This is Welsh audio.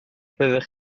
roeddech